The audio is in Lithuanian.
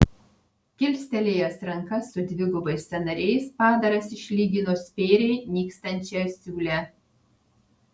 kilstelėjęs rankas su dvigubais sąnariais padaras išlygino spėriai nykstančią siūlę